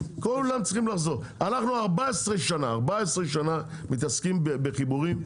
אנחנו 14 שנה מתעסקים בחיבורים,